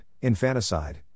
infanticide